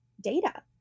data